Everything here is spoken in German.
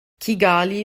kigali